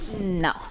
No